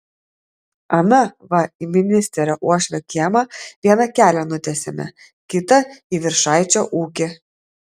ana va į ministerio uošvio kiemą vieną kelią nutiesėme kitą į viršaičio ūkį